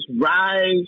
rise